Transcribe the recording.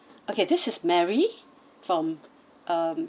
okay this is mary from um